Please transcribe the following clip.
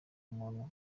muntu